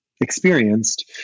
experienced